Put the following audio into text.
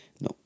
No